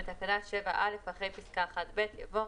בתקנה 7(א) אחרי פסקה (1ב) יבוא: